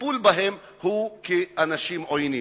הטיפול בהם הוא כבאנשים עוינים.